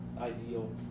ideal